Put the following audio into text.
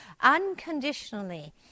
unconditionally